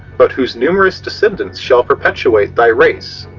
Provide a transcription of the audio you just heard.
but whose numerous descendants shall perpetuate thy race,